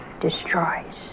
destroys